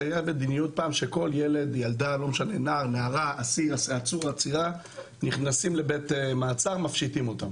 ימ"ר ימ"ר וביחד עם המשטרה מנתחים איפה